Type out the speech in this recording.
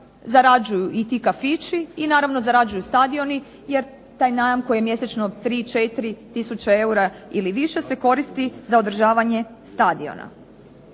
zarađuju i ti kafići i naravno zarađuju stadioni jer taj najam koji je mjesečno 3, 4 tisuće eura ili više se koristi za održavanje stadiona.